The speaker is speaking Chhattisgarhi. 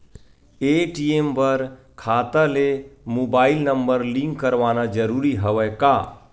ए.टी.एम बर खाता ले मुबाइल नम्बर लिंक करवाना ज़रूरी हवय का?